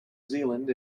zealand